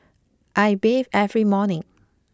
I bathe every morning